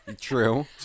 True